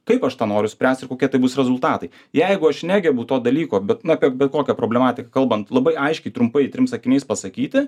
kaip aš tą noriu spręst ir kokie tai bus rezultatai jeigu aš negebu to dalyko bet na apie bet kokią problematiką kalbant labai aiškiai trumpai trim sakiniais pasakyti